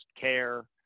care